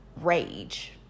rage